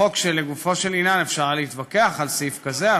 חוק שלגופו של עניין אפשר היה להתווכח על סעיף כזה,